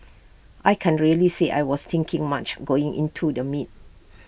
I can't really say I was thinking much going into the meet